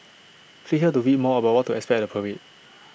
click here to read more about what to expect at the parade